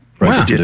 Wow